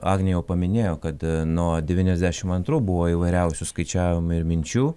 agnė jau paminėjo kad nuo devyniasdešim antrų buvo įvairiausių skaičiavimų ir minčių